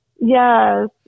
yes